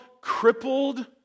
crippled